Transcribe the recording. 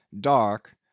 dark